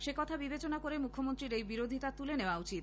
সেকথা বিবেচনা করে মুখ্যমন্ত্রীর এই বিরোধিতা তুলে নেওয়া উচিত